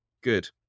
good